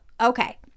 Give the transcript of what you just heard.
Okay